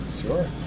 Sure